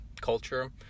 culture